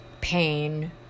pain